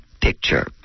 picture